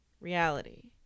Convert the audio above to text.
Reality